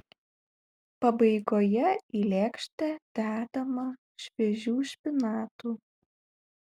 pabaigoje į lėkštę dedama šviežių špinatų